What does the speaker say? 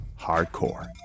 hardcore